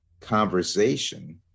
conversation